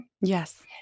Yes